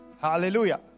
Hallelujah